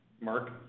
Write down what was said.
Mark